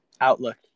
outlook